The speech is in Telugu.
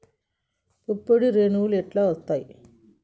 పుప్పొడి రేణువులు ఎట్లా వత్తయ్?